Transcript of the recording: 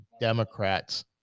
Democrats